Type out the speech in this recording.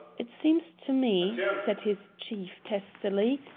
it seems to me, said his chief testily,